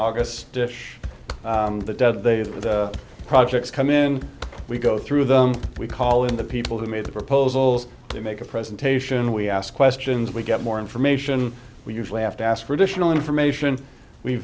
august the dead days with projects come in we go through them we call in the people who made the proposals they make a presentation we ask questions we get more information we usually have to ask for additional information we